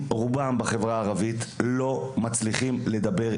באוניברסיטת בן גוריון נמצאת איתנו